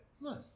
Nice